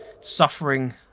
suffering